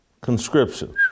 Conscription